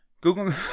google